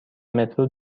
مترو